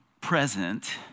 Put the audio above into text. present